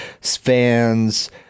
fans